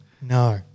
no